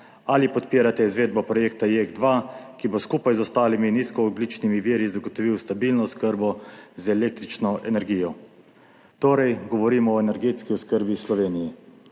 Ali podpirate izvedbo projekta JEK2, ki bo skupaj z ostalimi nizkoogljičnimi viri zagotovil stabilno oskrbo z električno energijo? Govorimo torej o energetski oskrbi v Sloveniji.